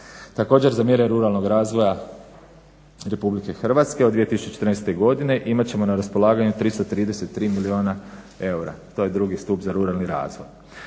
Također, za mjere ruralnog razvoja Republike Hrvatske od 2014. godine imat ćemo na raspolaganju 333 milijuna eura, to je 2. stup za ruralni razvoj.